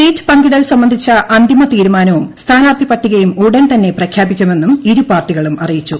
seat പങ്കിടൽ സംബന്ധിച്ച അന്തിമതീരുമാനവും സ്ഥാനാർത്ഥി പട്ടികയും ഉടൻ തന്നെ പ്രഖ്യാപിക്കുമെന്നും ഇരുപാർട്ടികളും അറിയിച്ചു